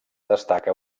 destaca